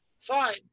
fine